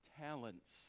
talents